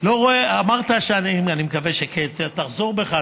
אני מקווה שכן, שתחזור בך.